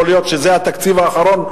על אזור עדיפות לאומית.